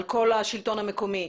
על כל השלטון המקומי.